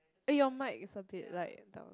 eh your mic is a bit like down